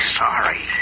sorry